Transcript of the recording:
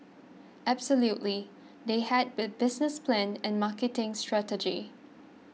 absolutely they had the business plan and marketing strategy